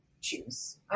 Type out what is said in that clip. choose